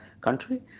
country